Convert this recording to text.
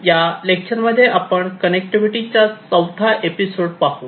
या लेक्चरमध्ये आपण कनेक्टिव्हिटी च्या चौथा एपिसोड पाहू